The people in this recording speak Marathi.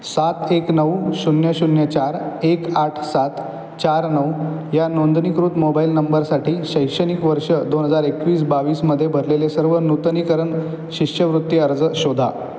सात एक नऊ शून्य शून्य चार एक आठ सात चार नऊ या नोंदणीकृत मोबाईल नंबरसाठी शैक्षणिक वर्ष दोन हजार एकवीस बावीसमध्ये भरलेले सर्व नूतनीकरण शिष्यवृत्ती अर्ज शोधा